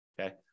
Okay